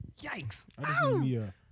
Yikes